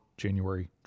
January